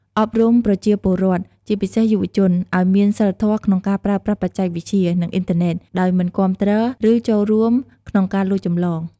អប់រំប្រជាពលរដ្ឋ ជាពិសេសយុវជន ឱ្យមានសីលធម៌ក្នុងការប្រើប្រាស់បច្ចេកវិទ្យា និងអ៊ីនធឺណិត ដោយមិនគាំទ្រ ឬចូលរួមក្នុងការលួចចម្លង។